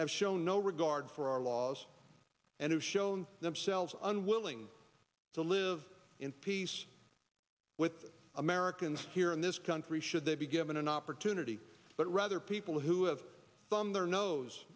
have shown no regard for our laws and have shown themselves unwilling to live in peace with americans here in this country should they be given an opportunity but rather people who have thumb their nose